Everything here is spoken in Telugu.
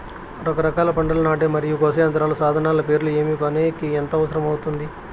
రకరకాల పంటలని నాటే మరియు కోసే యంత్రాలు, సాధనాలు పేర్లు ఏమి, కొనేకి ఎంత అవసరం అవుతుంది?